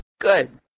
Good